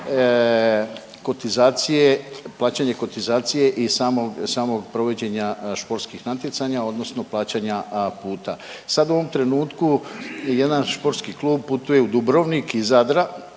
kotizacije, plaćanje kotizacije i samog, samog provođenja športskih natjecanja odnosno plaćanja puta. Sad u ovom trenutku jedan športski klub putuje u Dubrovnik iz Zadra,